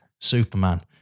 Superman